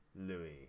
Louis